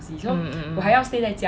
mmhmm